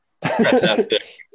Fantastic